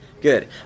Good